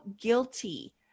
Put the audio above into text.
guilty